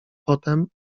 potem